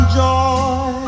joy